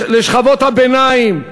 לשכבות הביניים,